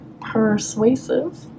persuasive